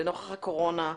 לנוכח הקורונה,